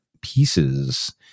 pieces